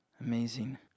Amazing